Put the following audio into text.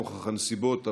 נוכח הנסיבות,